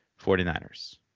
49ers